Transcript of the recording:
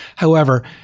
however,